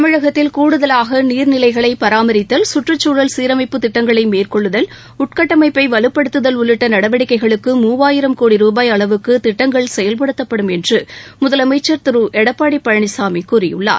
தமிழகத்தில் கூடுதலாக நீர்நிலைகளை பராமரித்தல் சுற்றுச்சூழல் சீரமைப்புத் திட்டங்களை மேற்கொள்ளுதல் உள்கட்டமைப்பை வலுப்படுத்துதல் உள்ளிட்ட நடவடிக்கைகளுக்கு மூவாயிரம் கோடி ரூபாய் அளவுக்கு திட்டங்கள் செயல்படுத்தப்படும் என்று முதலமைச்சர் திரு எடப்பாடி பழனிசாமி கூறியுள்ளார்